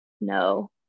no